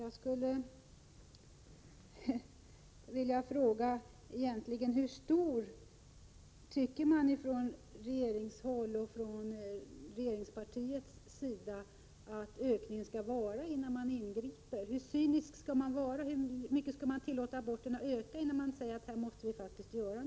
Jag skulle vilja fråga: Hur stor tycker man på regeringshåll och från regeringspartiets sida att ökningen skall vara innan man ingriper? Hur cynisk skall man vara? Hur mycket skall man tillåta aborterna att öka innan man säger att någonting måste göras?